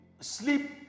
sleep